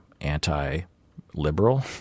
anti-liberal